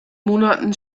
monaten